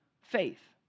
faith